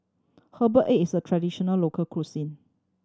herbal egg is a traditional local cuisine